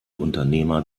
unternehmer